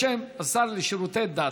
בשם השר לשירותי דת,